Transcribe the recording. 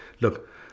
look